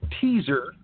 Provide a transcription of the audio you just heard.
teaser